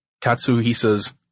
Katsuhisa's